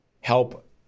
help